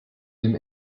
dem